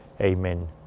Amen